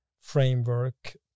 framework